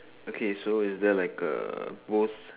okay so is there like a post